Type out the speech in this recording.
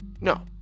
no